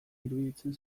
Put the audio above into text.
iruditzen